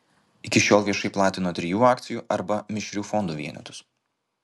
iki šiol viešai platino trijų akcijų arba mišrių fondų vienetus